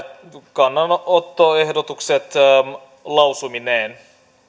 kannanottoehdotukset lausumineen